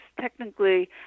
technically